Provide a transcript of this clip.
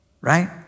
right